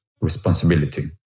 responsibility